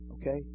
Okay